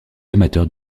amateurs